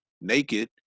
naked